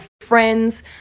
friends